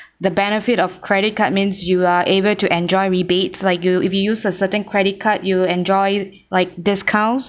the benefit of credit card means you are able to enjoy rebates like you if you use a certain credit card you will enjoy like discounts